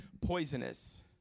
poisonous